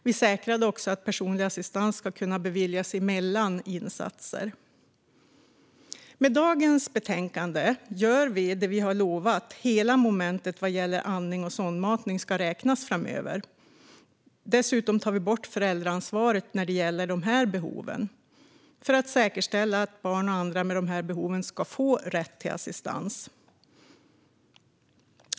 Vi säkrade också att personlig assistans ska kunna beviljas mellan insatser. Med dagens betänkande gör vi det vi har lovat: Hela momentet vad gäller andning och sondmatning ska räknas framöver. Dessutom tar vi bort föräldraansvaret när det gäller dessa behov för att säkerställa att barn med behov ska få rätt till assistans.